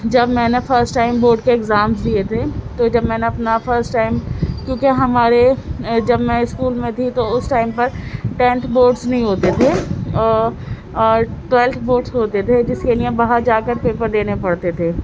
جب میں نے فرسٹ ٹائم بورڈ کے ایگزامس دئے تھے تو یہ ہے کہ میں نے اپنا جب فرسٹ ٹائم کیونکہ ہمارے جب میں اسکول میں تھی تو اُس ٹائم پر ٹینتھ بورڈس نہیں ہوتے تھے ٹویلتھ بورڈس ہوتے تھے جس کے لئے باہر جا کر پیپر دینے پڑتے تھے